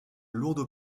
lourdes